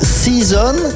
season